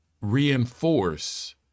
reinforce